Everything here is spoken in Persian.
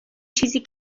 چیزی